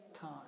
time